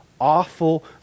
awful